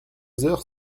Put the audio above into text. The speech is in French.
heures